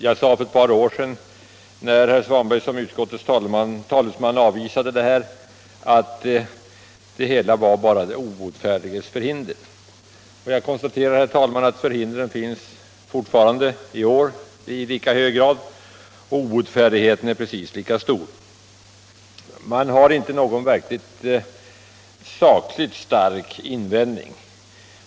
Jag sade för ett par år sedan när herr Svanberg som utskottets talesman avvisade detta krav att hans skäl för detta bara var ett den obotfärdiges förhinder. Jag konstaterar, herr talman, att förhindret kvarstår i år och att obotfärdigheten är precis lika stör. Man har inte någon sakligt stark invändning.